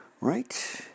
Right